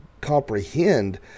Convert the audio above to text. comprehend